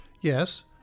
Yes